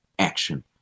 Action